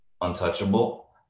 untouchable